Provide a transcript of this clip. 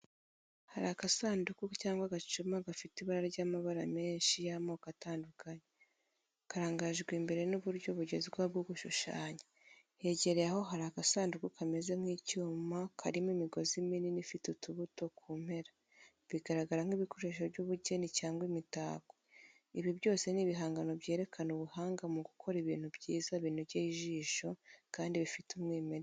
Hari agasanduku cyangwa agacuma gafite ibara ry’amabara menshi y’amoko atandukanye, karangajwe imbere n’uburyo bugezweho bwo gushushanya. Hegereyaho hari agasanduku kameze nk’icyuma karimo imigozi minini ifite utubuto ku mpera, bigaragara nk’ibikoresho by’ubugeni cyangwa imitako. Ibi byose ni ibihangano byerekana ubuhanga mu gukora ibintu byiza binogeye ijisho kandi bifite umwimerere.